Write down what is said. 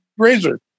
razor